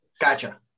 gotcha